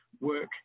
work